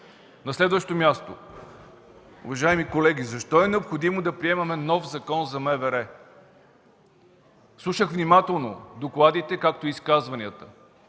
На следващо място – уважаеми колеги, защо е необходимо да приемаме нов Закон за МВР? Слушах внимателно докладите, както и изказванията.